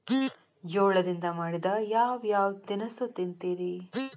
ಜೋಳದಿಂದ ಮಾಡಿದ ಯಾವ್ ಯಾವ್ ತಿನಸು ತಿಂತಿರಿ?